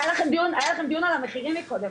היה לכם דיון על המחירים קודם,